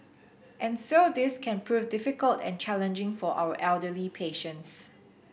and so this can prove difficult and challenging for our elderly patients